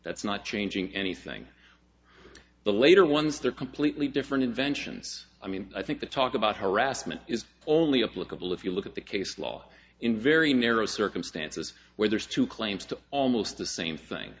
that's not changing anything the later ones they're completely different inventions i mean i think the talk about harassment is only a political if you look at the case law in very narrow circumstances where there's two claims to almost the same thing